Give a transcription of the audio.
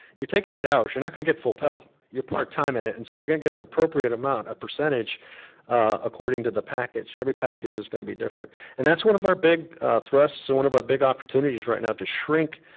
you're taking eight hours, you're not gonna get full pell. you're part-timing it and so you're gonna get an appropriate amount, a percentage according to the package. every package is gonna be different and that's one of our big thrusts, so one of our big opportunities right now to shrink,